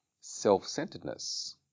self-centeredness